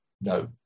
no